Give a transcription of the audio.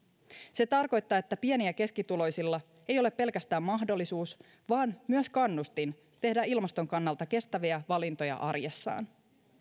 se tarkoittaa että pieni ja keskituloisilla ei ole pelkästään mahdollisuus vaan myös kannustin tehdä ilmaston kannalta kestäviä valintoja arjessaan